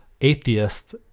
atheist